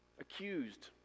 Accused